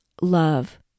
love